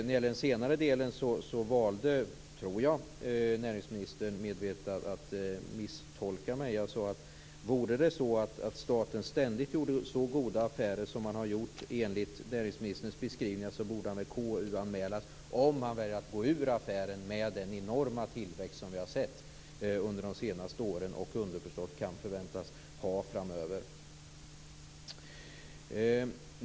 I den senare delen valde, tror jag, näringsministern medvetet att misstolka mig. Jag sade att om det vore så att staten ständigt gjorde så goda affärer som man har gjort enligt näringsministerns beskrivningar borde han väl KU-anmälas om han väljer att gå ur affären med den enorma tillväxt som vi har sett under de senaste åren och underförstått kan förväntas få framöver.